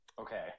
Okay